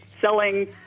selling